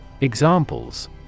Examples